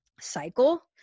cycle